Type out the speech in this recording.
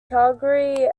calgary